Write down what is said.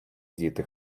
діти